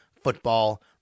Football